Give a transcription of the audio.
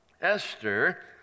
Esther